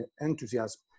enthusiasm